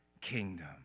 kingdom